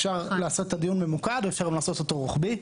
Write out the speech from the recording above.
אפשר לעשות את הדיון ממוקד או אפשר לעשות אותו רוחבי.